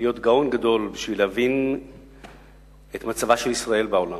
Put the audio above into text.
להיות גאון גדול בשביל להבין את מצבה של ישראל בעולם.